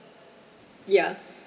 ya